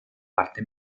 parte